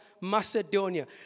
Macedonia